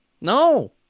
No